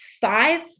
five